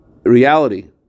reality